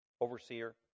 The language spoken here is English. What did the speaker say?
overseer